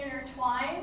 intertwine